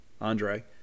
andre